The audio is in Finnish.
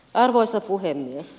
arvoisa puhemies